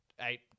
eight